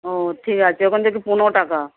ও ঠিক আছে ওখান থেকে পনেরো টাকা